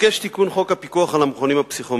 התבקש תיקון חוק הפיקוח על המכונים הפסיכומטריים,